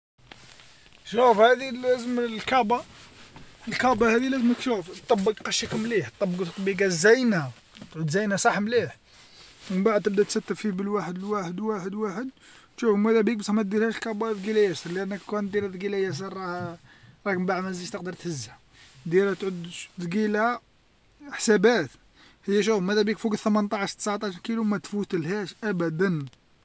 شوف هذي لكابة الكابة هذي لازمك تشوف تطبق قشيك مليح طبقو الطبيقة الزاينة. زينة صح مليح، من بعد تبدا تستف فيه بالواحد لواحد لواحد لواحد تشوف مذا بيك بصح ما ديرهاش كابة ثقيلة ياسر، لأنك كون دير تقيلة ياسر راها من بعد ما تقدرش تهزها، ديرها تعود ثقيلة حسابات هيا شوف ماذا بك فوق الثمنطاش تسعطاش لكيلو ما تفوتلهاش ابدا.